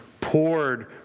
poured